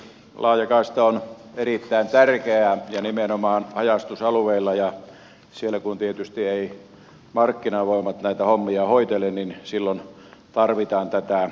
laajakaista on erittäin tärkeä ja nimenomaan haja asutusalueilla ja siellä kun tietysti eivät markkinavoimat näitä hommia hoitele niin silloin tarvitaan tätä yhteistä vastuuta